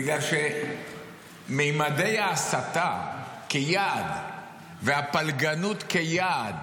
בגלל שממדי ההסתה כיעד והפלגנות כיעד,